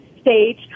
stage